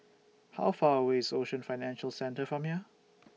How Far away IS Ocean Financial Centre from here